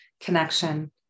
connection